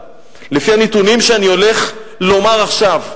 לפי הנתונים שאני הולך לומר עכשיו.